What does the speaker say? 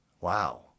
Wow